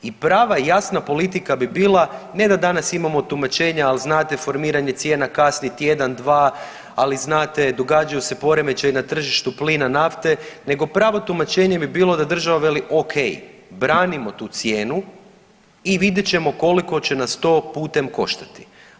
I prava i jasna politika bi bila, ne da danas imamo tumačenje al znate formiranje cijena kasni tjedan, dva, ali znate događaju se poremećaji na tržištu plina, nafte nego pravo tumačenje bi bilo da država veli ok, branimo tu cijenu i vidjet ćemo liko će nas to putem koštati.